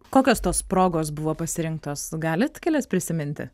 kokios tos progos buvo pasirinktos galit kelias prisiminti